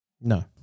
No